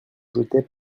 jetait